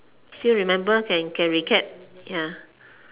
still remember can can recap ya